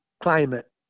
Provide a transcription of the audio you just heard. Climate